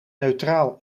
neutraal